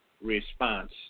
response